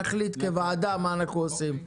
נחליט כוועדה מה אנחנו עושים.